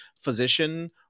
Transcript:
physician